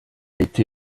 été